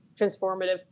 transformative